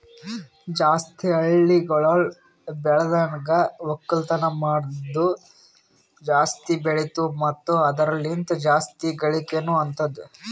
ಜಾಸ್ತಿ ಹಳ್ಳಿಗೊಳ್ ಬೆಳ್ದನ್ಗ ಒಕ್ಕಲ್ತನ ಮಾಡದ್ನು ಜಾಸ್ತಿ ಬೆಳಿತು ಮತ್ತ ಅದುರ ಲಿಂತ್ ಜಾಸ್ತಿ ಗಳಿಕೇನೊ ಅತ್ತುದ್